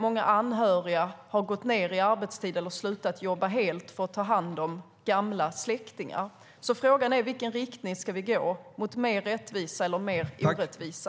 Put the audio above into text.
Många anhöriga har gått ned i arbetstid eller helt slutat jobba för att ta hand om gamla släktingar. Frågan är i vilken riktning vi ska gå, mot mer rättvisa eller mot mer orättvisa.